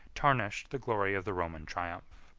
tarnished the glory of the roman triumph.